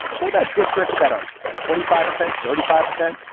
talk about districts that are twenty five percent, thirty five percent,